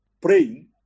praying